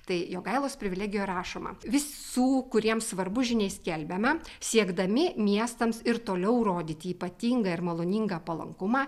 tai jogailos privilegijoj rašoma visų kuriems svarbu žiniai skelbiame siekdami miestams ir toliau rodyti ypatingą ir maloningą palankumą